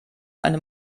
einem